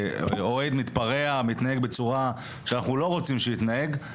כשאוהד מתפרע ומתנהג בצורה שאנחנו לא רוצים שהוא יתנהג,